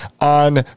on